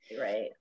Right